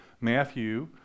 Matthew